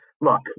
Look